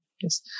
Yes